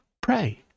Pray